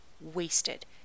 wasted